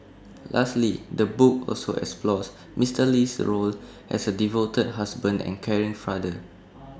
lastly the book also explores Mister Lee's role as A devoted husband and caring father